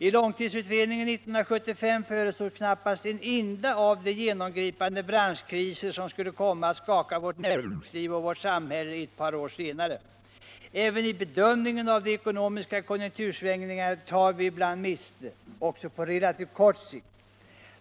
I långtidsutredningen 1975 förutsågs knappast en enda av de genomgripande branschkriser som skulle komma att skaka vårt näringsliv och vårt samhälle ett par år senare. Även i bedömningen av de ekonomiska konjunktursvängningarna tar vi ibland miste — också på relativt kort sikt.